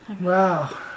Wow